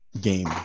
game